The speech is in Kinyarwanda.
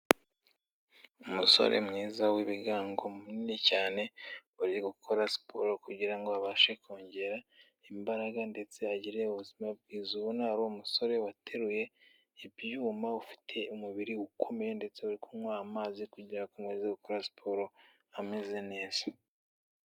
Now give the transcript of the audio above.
Umusore mwiza w'ibigango munini cyane, uri gukora siporo kugira ngo abashe kongera imbaraga ndetse agire ubuzima bwiza, ubona ari umusore wateruye ibyuma, ufite umubiri ukomeye ndetse kunywa amazi kugira ngo akomeze gukora siporo ameze neza.